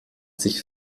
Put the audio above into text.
sich